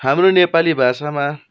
हाम्रो नेपाली भाषामा